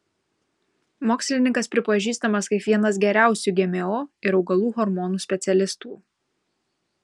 mokslininkas pripažįstamas kaip vienas geriausių gmo ir augalų hormonų specialistų